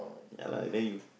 ya lah then you